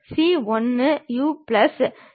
அத்தகைய தளம் ப்ரொபைல் தளம் என்று அழைக்கப்படும்